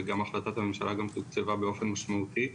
וגם החלטת הממשלה תוקצבה באופן משמעותי.